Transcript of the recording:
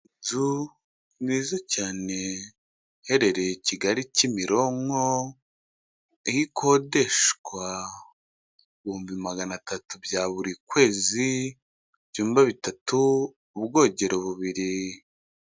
Inzu nziza cyane iherereye Kigali Kimironko aho ikodeshwa ibihumbi magana atatu bya buri kwezi, ibyumba bitatu, ubwogero bubiri.